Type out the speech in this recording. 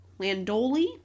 Landoli